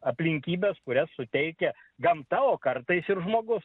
aplinkybes kurias suteikia gamta o kartais ir žmogus